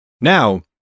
Now